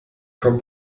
kommt